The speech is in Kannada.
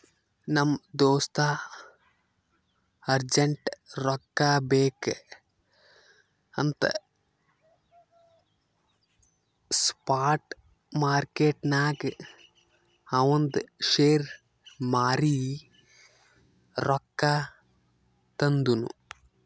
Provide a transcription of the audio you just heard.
ನಮ್ ದೋಸ್ತ ಅರ್ಜೆಂಟ್ ರೊಕ್ಕಾ ಬೇಕ್ ಅಂತ್ ಸ್ಪಾಟ್ ಮಾರ್ಕೆಟ್ನಾಗ್ ಅವಂದ್ ಶೇರ್ ಮಾರೀ ರೊಕ್ಕಾ ತಂದುನ್